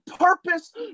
purpose